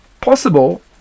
possible